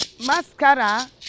Mascara